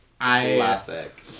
classic